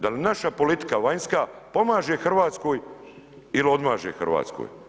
Da li naša politika vanjska pomaže Hrvatskoj il odmaže Hrvatskoj?